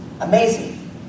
Amazing